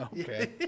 Okay